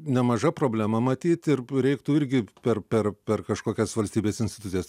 nemaža problema matyt ir reiktų irgi per per per kažkokias valstybės institucijas